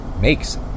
makes